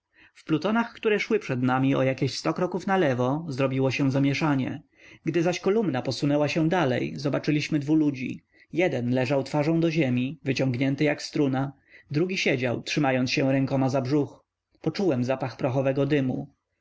w plutonach które szły przed nami o jakieś sto kroków nalewo zrobiło się zamieszanie gdy zaś kolumna posunęła się dalej zobaczyliśmy dwu ludzi jeden leżał twarzą do ziemi wyciągnięty jak struna drugi siedział trzymając się rękoma za brzuch poczułem zapach prochowego dymu